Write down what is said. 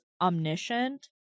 omniscient